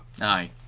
Aye